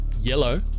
Yellow